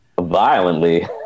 violently